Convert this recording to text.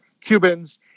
Cubans